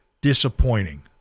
disappointing